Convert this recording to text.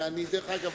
ודרך אגב,